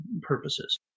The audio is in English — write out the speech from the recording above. purposes